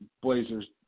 Blazers